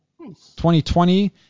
2020